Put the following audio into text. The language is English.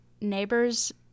neighbors